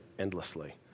endlessly